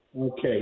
Okay